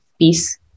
peace